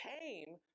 came